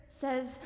says